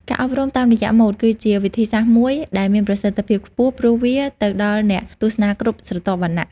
ការអប់រំតាមរយៈម៉ូដគឺជាវិធីសាស្ត្រមួយដែលមានប្រសិទ្ធភាពខ្ពស់ ព្រោះវាទៅដល់អ្នកទស្សនាគ្រប់ស្រទាប់វណ្ណៈ។